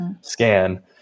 scan